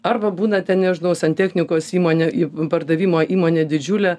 arba būna ten nežinau santechnikos įmonė pardavimo įmonė didžiulė